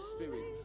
Spirit